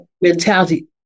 mentality